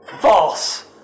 False